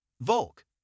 Volk